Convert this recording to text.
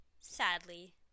Sadly